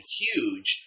huge